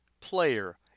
player